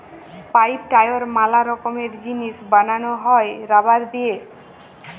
pipe, tyre ম্যালা রকমের জিনিস বানানো হ্যয় রাবার দিয়ে